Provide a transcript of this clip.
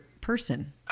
person